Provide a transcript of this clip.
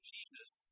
Jesus